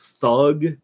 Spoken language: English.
thug